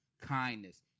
kindness